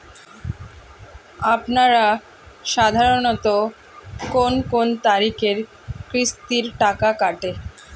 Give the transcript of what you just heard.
আপনারা সাধারণত কোন কোন তারিখে কিস্তির টাকা কাটে?